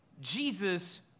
Jesus